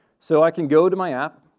so i can go to my app,